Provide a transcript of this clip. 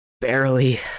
barely